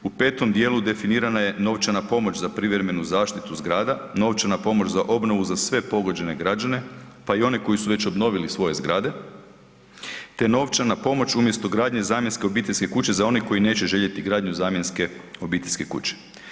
U petom dijelu definirana je novčana pomoć za privremenu zaštitu zgrada, novčana pomoć za obnovu za sve pogođene građane pa i one koji su već obnovili svoje zgrade te novčana pomoć, umjesto gradnje zamjenske obiteljske kuće za one koji neće željeti gradnju zamjenske obiteljske kuće.